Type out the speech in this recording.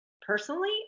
Personally